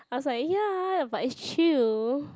I was like ya but it's chill